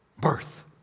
birth